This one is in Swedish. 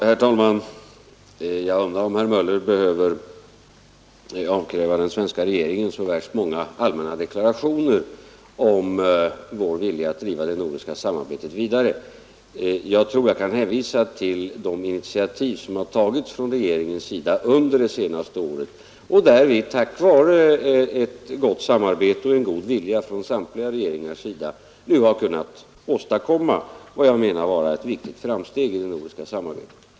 Herr talman! Jag undrar om herr Möller behöver avkräva den svenska regeringen så värst många allmänna deklarationer om vår vilja att driva det nordiska samarbetet vidare. Jag kan hänvisa till de initiativ som har tagits från regeringens sida under det senaste året och där vi tack vare ett gott samarbete och en god vilja från samtliga regeringars sida nu har kunnat åstadkomma vad jag menar vara ett viktigt framsteg i det nordiska samarbetet.